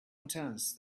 intense